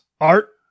Art